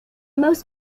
most